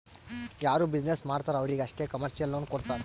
ಯಾರು ಬಿಸಿನ್ನೆಸ್ ಮಾಡ್ತಾರ್ ಅವ್ರಿಗ ಅಷ್ಟೇ ಕಮರ್ಶಿಯಲ್ ಲೋನ್ ಕೊಡ್ತಾರ್